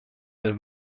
per